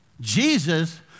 Jesus